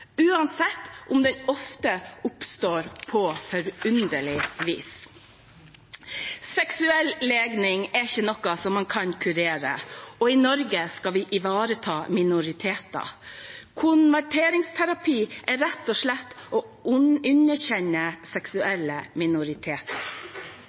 Uansett om den ofte oppstår på forunderlig vis. Seksuell legning er ikke noe man kan kurere, og i Norge skal vi ivareta minoriteter. Konverteringsterapi er rett og slett å